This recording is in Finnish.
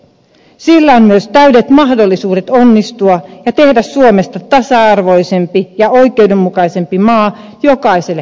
sillä on myös täydet mahdollisuudet onnistua ja tehdä suomesta tasa arvoisempi ja oikeudenmukaisempi maa jokaiselle kansalaiselle